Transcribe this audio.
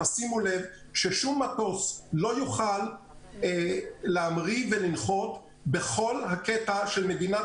תשימו לב ששום מטוס לא יוכל להמריא ולנחות בכל הקטע של מדינת